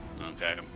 Okay